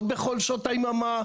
לא בכל שעות היממה,